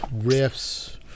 riffs